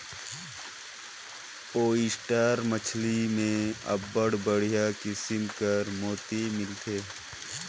oyster मछरी में अब्बड़ बड़िहा किसिम कर मोती मिलथे